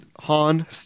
Han